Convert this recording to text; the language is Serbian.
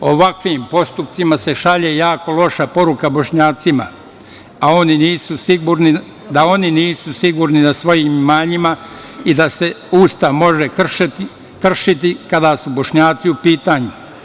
Ovakvim postupcima se šalje jako loša poruka Bošnjacima, da oni nisu sigurni da na svojim imanjima i da se Ustav može kršiti kada su Bošnjaci u pitanju.